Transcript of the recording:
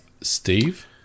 Steve